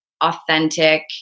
authentic